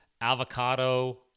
avocado